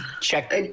Check